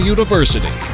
University